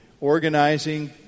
organizing